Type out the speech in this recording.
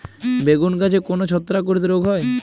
বেগুন গাছে কোন ছত্রাক ঘটিত রোগ হয়?